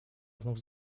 znów